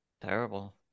Terrible